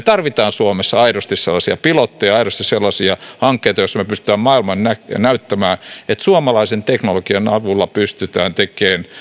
tarvitsemme suomessa aidosti sellaisia pilotteja ja aidosti sellaisia hankkeita joilla me pystymme maailmalle näyttämään että suomalaisen teknologian avulla pystytään tekemään